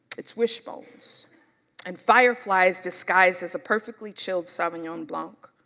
it's wishbones and fireflies disguised as a perfectly chilled sauvignon blanc.